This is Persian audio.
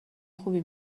خوبی